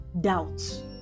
doubt